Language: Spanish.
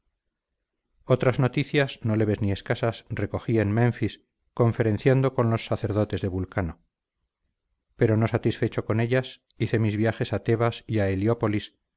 otras noticias no leves ni escasas recogí en menfis conferenciando con los sacerdotes de vulcano pero no satisfecho con ellas hice mis viajes a